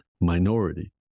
minority